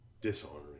dishonoring